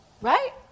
right